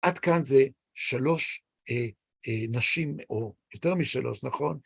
עד כאן זה שלוש נשים, או יותר משלוש, נכון?